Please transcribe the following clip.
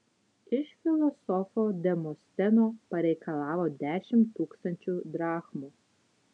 iš filosofo demosteno pareikalavo dešimt tūkstančių drachmų